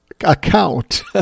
account